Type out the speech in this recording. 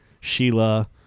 Sheila